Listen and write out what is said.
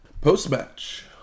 Post-match